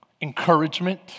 encouragement